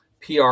PR